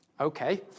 Okay